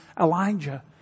Elijah